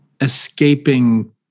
escaping